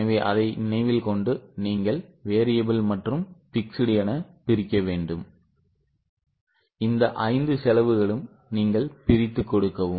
எனவே இந்த ஐந்து செலவுகளும் நீங்கள் பிரித்து கொடுக்கவும்